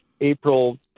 April